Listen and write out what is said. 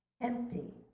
empty